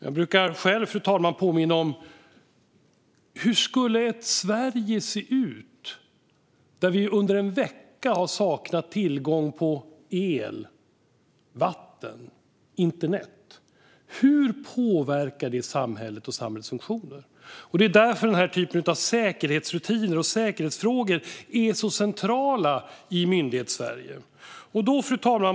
Jag brukar själv, fru talman, påminna om hur Sverige skulle se ut då vi under en vecka har saknat tillgång till el, vatten och internet. Hur påverkar det samhället och samhällets funktioner? Det är därför som denna typ av säkerhetsrutiner och säkerhetsfrågor är så centrala i Myndighetssverige. Fru talman!